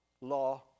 Law